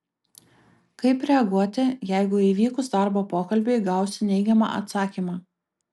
kaip reaguoti jeigu įvykus darbo pokalbiui gausiu neigiamą atsakymą